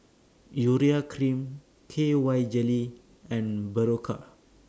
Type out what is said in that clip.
Urea Cream K Y Jelly and Berocca